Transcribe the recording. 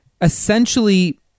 Essentially